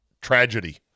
Tragedy